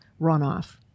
runoff